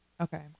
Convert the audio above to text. Okay